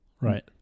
right